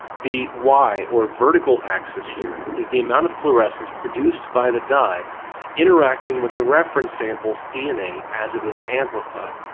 the y or vertical axis here is the amount of fluoresence produced by the dye interacting with the reference sample's dna as it is amplified.